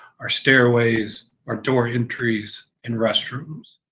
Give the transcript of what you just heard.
our stairways, our door entries and restrooms.